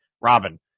Robin